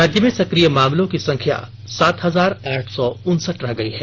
राज्य में सक्रिय मामलों की संख्या सात हजार आठ सौ उनसठ रह गयी है